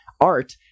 art